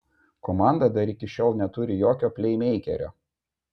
komanda dar iki šiol neturi jokio pleimeikerio